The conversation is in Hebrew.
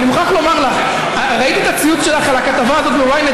אני מוכרח לומר לך: ראיתי את הציוץ שלך על הכתבה ב-ynet